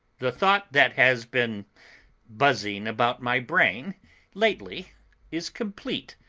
the thought that has been buzzing about my brain lately is complete,